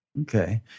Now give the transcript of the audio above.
Okay